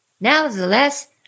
Nevertheless